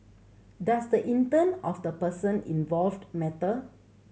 does the intent of the person involved matter